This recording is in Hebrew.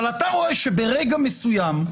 אבל אתה רואה שברגע מסוים,